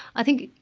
i think